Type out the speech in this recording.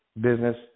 business